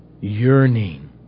Yearning